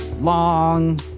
long